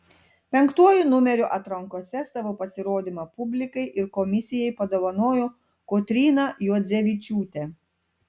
penktuoju numeriu atrankose savo pasirodymą publikai ir komisijai padovanojo kotryna juodzevičiūtė